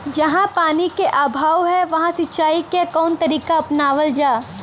जहाँ पानी क अभाव ह वहां सिंचाई क कवन तरीका अपनावल जा?